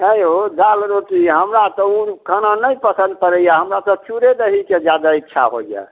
हैयौ दाल रोटी हमरा तऽ ओ खाना नहि पसन्द पड़ैए हमरा तऽ चूड़े दहीके जादा इच्छा होइए